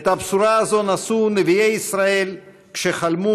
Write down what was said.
את הבשורה הזאת נשאו נביאי ישראל כשחלמו